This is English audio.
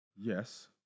Yes